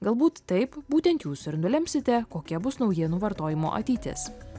galbūt taip būtent jūs ir nulemsite kokia bus naujienų vartojimo ateitis